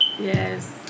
Yes